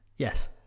yes